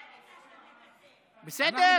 בסדר.